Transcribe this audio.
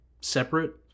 separate